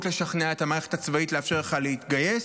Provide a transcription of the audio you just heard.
לשכנע את המערכת הצבאית לאפשר לך להתגייס,